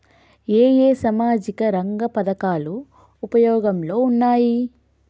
ఏ ఏ సామాజిక రంగ పథకాలు ఉపయోగంలో ఉన్నాయి?